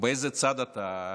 באיזה צד אתה?